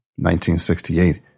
1968